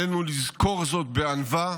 עלינו לזכור זאת בענווה,